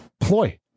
ploy